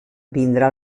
vindrà